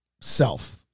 self